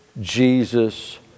Jesus